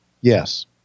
Yes